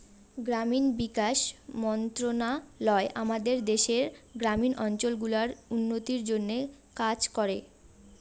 গ্রামীণ বিকাশ মন্ত্রণালয় আমাদের দেশের গ্রামীণ অঞ্চল গুলার উন্নতির জন্যে কাজ করে